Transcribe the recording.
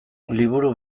liburu